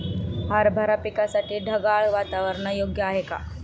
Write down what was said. हरभरा पिकासाठी ढगाळ वातावरण योग्य आहे का?